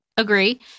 Agree